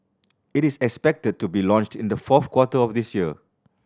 it is expected to be launched in the fourth quarter of this year